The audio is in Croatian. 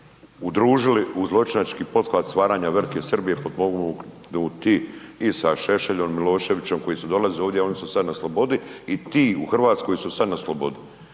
udružili u zločinački pothvat stvaranja Velike Srbije potpomognuti potpomognuti i sa Šešeljom, Miloševićem koji su dolazili ovdje a oni su sada na slobodi i ti u Hrvatskoj su sad na slobodi.